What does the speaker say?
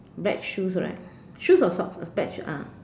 black shoes right shoes or socks affects ah